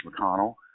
McConnell